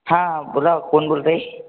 हा बोला कोण बोलत आहे